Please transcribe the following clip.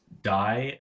die